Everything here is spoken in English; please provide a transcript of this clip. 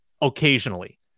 occasionally